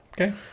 Okay